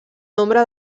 nombre